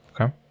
Okay